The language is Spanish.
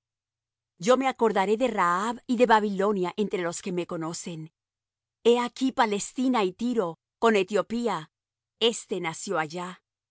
yo me acordaré de rahab y de babilonia entre los que me conocen he aquí palestina y tiro con etiopía este nació allá